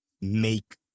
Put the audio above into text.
make